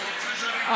שלי?